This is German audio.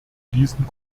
diesen